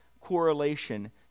correlation